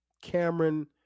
Cameron